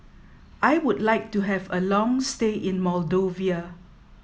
I would like to have a long stay in Moldova